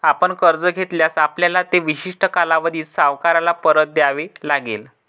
आपण कर्ज घेतल्यास, आपल्याला ते विशिष्ट कालावधीत सावकाराला परत द्यावे लागेल